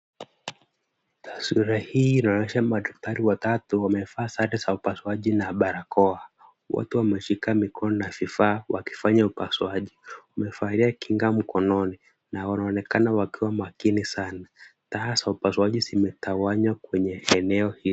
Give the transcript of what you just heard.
Taswira hii inaonyesha madaktari watatu, wamevaa sare za upasuaji na barakoa. Wote wameshika mikono na vifaa wakifanya upasuaji. Wamevalia kinga mkononi na wanaonekana wakiwa makini sana. Taa za upasuaji zimetawanywa kwenye eneo hilo.